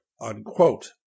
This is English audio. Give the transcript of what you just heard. unquote